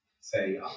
say